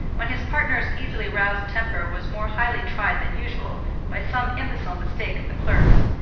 when his partner's easily roused temper was more highly tried than usual by some imbecile mistake of the clerk's,